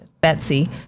Betsy